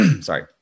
sorry